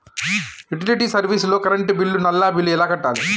Utility service లో current bill, నల్లా bill ఎలా కట్టాలి?